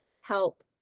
help